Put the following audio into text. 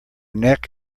neck